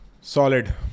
Solid